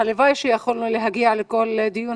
הלוואי שיכולנו להגיע לכל הדיונים.